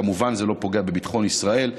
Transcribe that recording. כמובן, זה לא פוגע בביטחון ישראל,